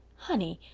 honey,